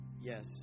Yes